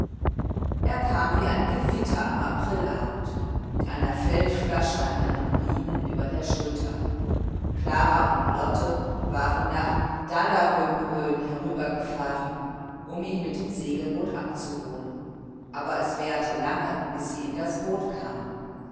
er kam wie ein gewitter am aprilabend mit einer feldflasche an einem riemen über der schulter klara und lotte waren nach dalaröbroen hinübergefahren um ihn mit dem segelboot abzuholen aber es währte lange bis sie in das boot kamen